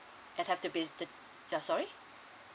and have to be s~ the ya sorry